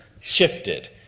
shifted